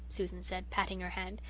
susan said, patting her hand.